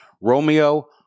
Romeo